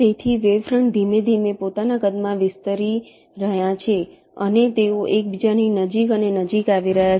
તેથી wave front ધીમે ધીમે તેમના કદમાં વિસ્તરી રહ્યા છે અને તેઓ એકબીજાની નજીક અને નજીક આવી રહ્યા છે